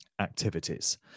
activities